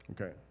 okay